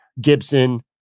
Gibson